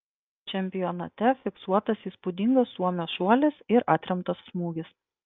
čempionate fiksuotas įspūdingas suomio šuolis ir atremtas smūgis